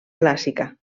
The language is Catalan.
clàssica